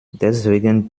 deswegen